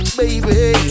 baby